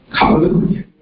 Hallelujah